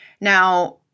Now